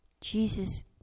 Jesus